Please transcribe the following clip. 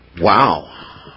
Wow